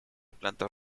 plantas